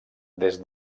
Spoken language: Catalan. des